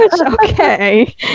okay